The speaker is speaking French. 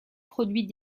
produit